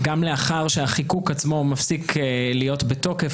גם לאחר שהחיקוק עצמו מפסיק להיות בתוקף,